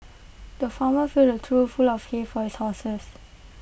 the farmer filled A trough full of hay for his horses